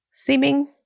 seeming